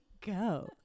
go